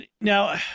Now